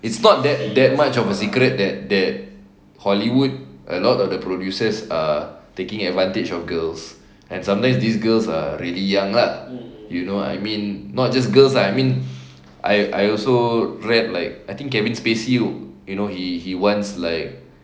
it's not that that much of a secret that that hollywood a lot of the producers are taking advantage of girls and sometimes these girls are really young like you know I mean not just girls I mean I I also read like I think kevin spacey he he wants like